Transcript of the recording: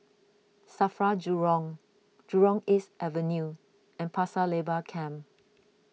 Safra Jurong Jurong East Avenue and Pasir Laba Camp